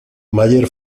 mayer